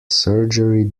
surgery